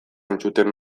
entzuten